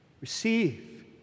receive